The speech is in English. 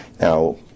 Now